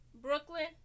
Brooklyn